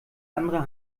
andere